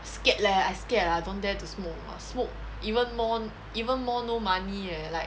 scared leh I scared ah I don't dare to smoke ah smoke even more even more no money leh like